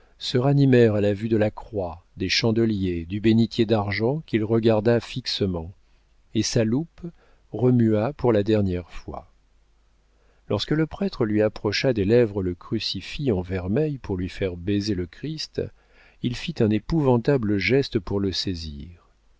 se ranimèrent à la vue de la croix des chandeliers du bénitier d'argent qu'il regarda fixement et sa loupe remua pour la dernière fois lorsque le prêtre lui approcha des lèvres le crucifix en vermeil pour lui faire baiser le christ il fit un épouvantable geste pour le saisir